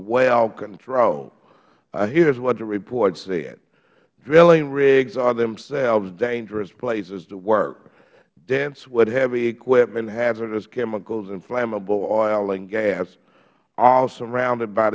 well control here is what the report said drilling rigs are themselves dangerous places to work dense with heavy equipment hazardous chemicals and flammable oil and gas all surrounded by